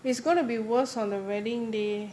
it's gonna be worse on the wedding day